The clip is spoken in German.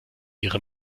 ihre